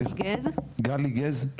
גלי גז,